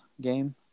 game